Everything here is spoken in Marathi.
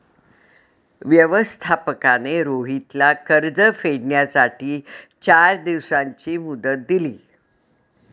व्यवस्थापकाने रोहितला कर्ज फेडण्यासाठी चार दिवसांची मुदत दिली